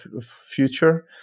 future